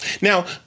Now